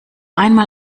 einmal